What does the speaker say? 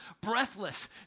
breathless